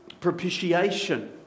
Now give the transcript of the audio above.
propitiation